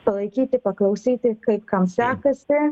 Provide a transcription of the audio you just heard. palaikyti paklausyti kaip kam sekasi